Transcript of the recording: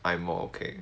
I am okay